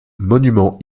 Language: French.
monument